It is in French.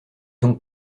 donc